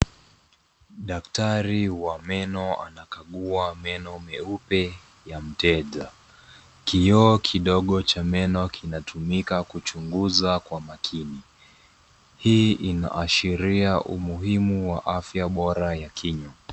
Daktari wa meno anakagua meno meupe ya mteja. Kioo kidogo cha meno kinatumika kuchunguza kwa makini. Hii inahashiria umuhimu wa afya bora ya kinywa.